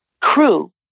crew